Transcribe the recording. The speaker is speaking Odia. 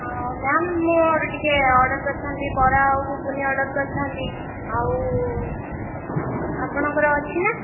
ହଁ ମ୍ୟାମ୍ ମୋର ଟିକେ ଅର୍ଡର୍ କରିଥାଆନ୍ତି ବରା ଆଉ ଗୁଗୁନି ଅର୍ଡର୍ କରି ଥାଆନ୍ତି ଆଉ ଆପଣଙ୍କର ଅଛି ନା